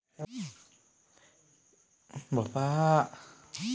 मी तीस वर्षाचा हाय तर मले सामाजिक योजनेचा लाभ भेटन का?